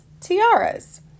tiaras